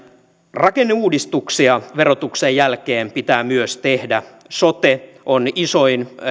rakenneuudistuksia verotuksen jälkeen pitää myös tehdä sote on isoin